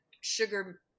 sugar